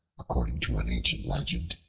according to an ancient legend,